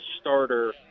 starter